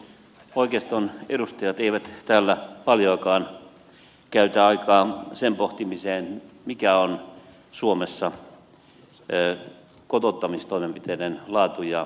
oikeiston edustajat eivät täällä paljoakaan käytä aikaa sen pohtimiseen mikä on suomessa kotouttamistoimenpiteiden laatu aste ja määrä